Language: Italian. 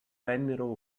vennero